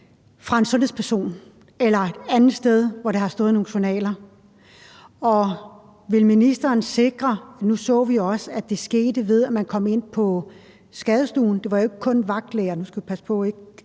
fra en sundhedsperson eller et andet sted, hvor det har stået i nogle journaler? Nu så vi også, at det skete, ved at man kom ind på skadestuen, for det var jo ikke kun vagtlæger – nu skal vi passe på ikke